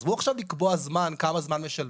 עזבו עכשיו לקבוע כמה זמן משלמים,